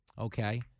Okay